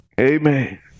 Amen